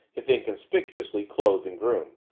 if inconspicuously, clothed and groomed,